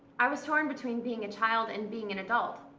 i was torn between being a child and being an adult,